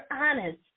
honest